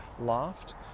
loft